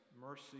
mercy